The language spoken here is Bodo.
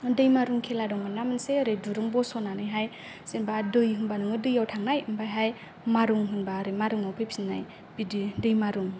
दै मारुं खेला दंमोन ना मोनसे ओरै दुरुं बसनानैहाइ जेनबा दै होनबाय नोङो दैआव थांनाय ओमफायहाय मारुं होनबाय ओरै मारुंआव फैफिन्नाय बिदि दै मारुं